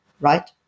right